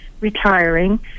retiring